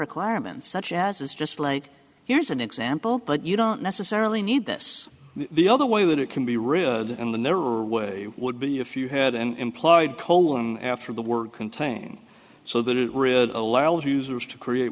requirement such as is just like here's an example but you don't necessarily need this the other way that it can be referred and then there are way would be if you had an implied colon after the word contain so that it really allows users to create